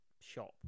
shop